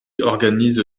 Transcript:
organise